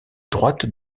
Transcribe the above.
droite